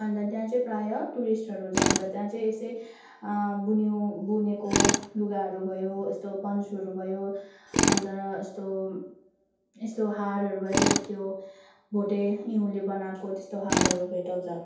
अन्त त्यहाँ चाहिँ प्रायः टुरिस्टहरू जान्छ त्यहाँ चाहिँ यस्तै बुनिउ बुनेको लुगाहरू भयो यस्तो पन्छुहरू भयो अन्त र यस्तो यस्तो हारहरू भयो लाइक त्यो भोटे इँउले बनाएको त्यस्तो हारहरू भेटाउँछ